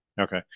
Okay